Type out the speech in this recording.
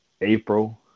April